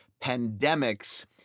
Pandemics